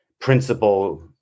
principle